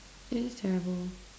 it is terrible